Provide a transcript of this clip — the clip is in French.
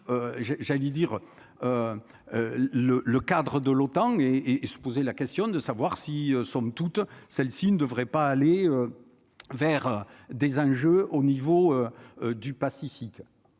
j'allais dire le le cadre de l'OTAN et et se poser la question de savoir si, somme toute, celle-ci ne devrait pas aller vers des enjeux au niveau du Pacifique,